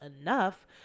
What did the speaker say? enough